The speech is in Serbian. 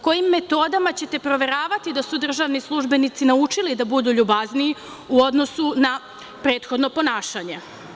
Kojim metodama ćete proveravati da su državni službenici naučili da budu ljubazniji u odnosu na prethodno ponašanje?